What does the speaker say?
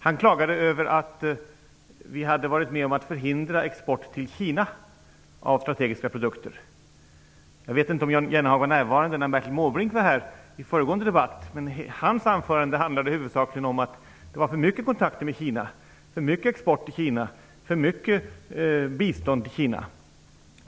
Han klagade över att vi hade varit med om att förhindra export av strategiska produkter till Kina. Jag vet inte om Jan Jennehag var närvarande när Bertil Måbrink var här i föregående debatt. Hans anförande handlade huvudsakligen om att det var för mycket kontakter med Kina, för mycket export till Kina, för mycket bistånd till Kina.